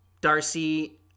Darcy